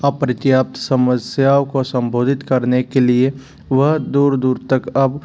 अपर्याप्त समस्याओं को सम्बोधित करने के लिए वह दूर दूर तक अब